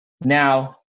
now